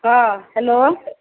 हँ हेलो